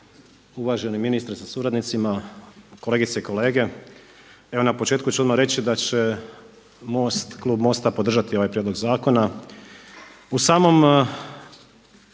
uvaženi ministre sa suradnicima, kolegice i kolege. Evo na početku ću odmah reći da će MOST, klub MOST-a podržati ovaj prijedlog zakona. U samom,